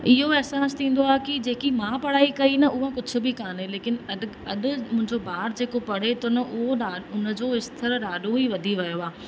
इहो अहिसासु थींदो आहे कि जेकी मां पढ़ाई कई न उहा कुझु बि काने लेकिन अॼु अॼु मुंहिंजो ॿार जेको पढ़े थो न उहो ॾा उन जो स्तर ॾाढो ई वधी वियो आहे